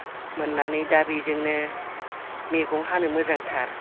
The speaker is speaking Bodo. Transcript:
मोननानै दा बिजोंनो मैगं हानो मोजांथार